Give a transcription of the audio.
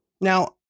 Now